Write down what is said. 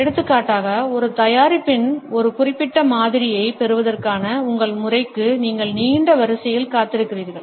எடுத்துக்காட்டாக ஒரு தயாரிப்பின் ஒரு குறிப்பிட்ட மாதிரியைப் பெறுவதற்கான உங்கள் முறைக்கு நீங்கள் நீண்ட வரிசையில் காத்திருக்கிறீர்கள்